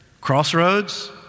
Crossroads